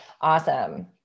Awesome